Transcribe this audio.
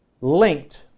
linked